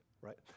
Right